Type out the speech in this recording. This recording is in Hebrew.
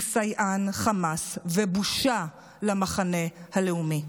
הוא סייען חמאס ובושה למחנה הלאומי,